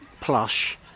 plush